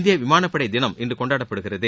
இந்திய விமானப்படை தினம் இன்று கொண்டாடப்படுகிறது